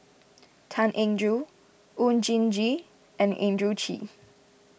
Tan Eng Joo Oon Jin Gee and Andrew Chew